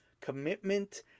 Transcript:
commitment